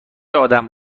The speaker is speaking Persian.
آدم